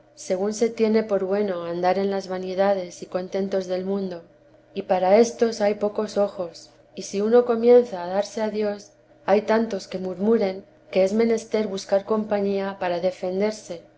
según se tiene por bueno andar en las vanidades y contentos del mundo y para éstos hay pocos ojos y si uno teresa de jestjs comiejnza a darse a dios hay tantos que murmuren que es menester buscar compañía para defenderse